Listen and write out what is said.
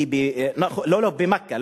לא, במכה.